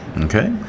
Okay